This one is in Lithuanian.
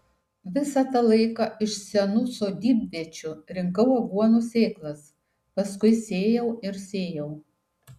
visą tą laiką iš senų sodybviečių rinkau aguonų sėklas paskui sėjau ir sėjau